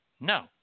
no